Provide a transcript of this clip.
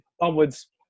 onwards